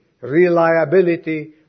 reliability